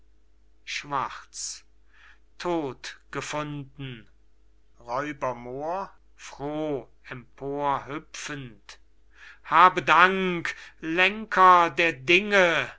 schwarz todt gefunden r moor froh empor hüpfend habe dank lenker der dinge